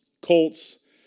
Colts